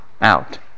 out